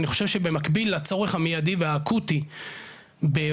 אני חושב שמקביל לצורך המיידי והאקוטי בהורדת